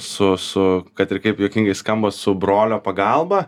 su su kad ir kaip juokingai skamba su brolio pagalba